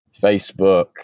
Facebook